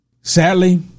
Sadly